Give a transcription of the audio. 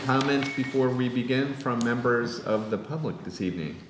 comment before we begin from members of the public this evening